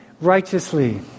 righteously